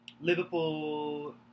Liverpool